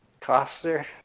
Coster